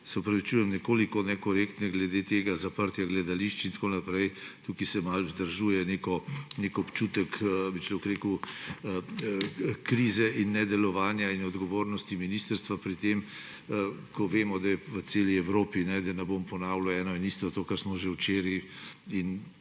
opravičujem, nekoliko nekorektne glede tega zaprtja gledališč in tako naprej. Tukaj se malo vzdržuje nek občutek, bi človek rekel, krize in nedelovanja in neodgovornosti ministrstva pri tem, ko vemo, da je v celi Evropi, da ne bom ponavljal eno in isto, to, kar smo že včeraj in